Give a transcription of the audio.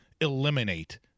eliminate